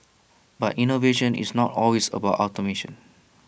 but innovation is not always about automation